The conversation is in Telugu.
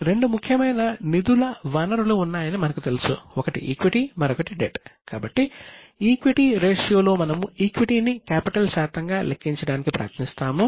రెండు ముఖ్యమైన నిధుల వనరులు ఉన్నాయని మనకు తెలుసు ఒకటి ఈక్విటీ శాతంగా లెక్కించడానికి ప్రయత్నిస్తాము